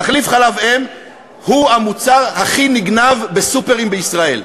תחליף חלב אם הוא המוצר הכי נגנב בסופרים בישראל.